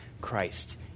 Christ